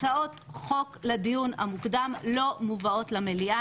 הצעות חוק לדיון המוקדם לא מובאות למליאה.